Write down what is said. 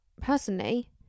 Personally